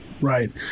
right